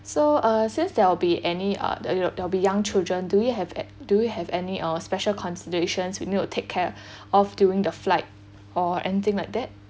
so uh since there'll be any uh there'll be young children do you have an~ do you have any uh special considerations you need to take care of during the flight or anything like that